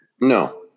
No